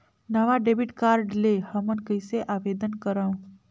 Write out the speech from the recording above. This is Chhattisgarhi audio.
नवा डेबिट कार्ड ले हमन कइसे आवेदन करंव?